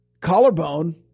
collarbone